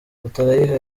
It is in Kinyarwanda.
gatarayiha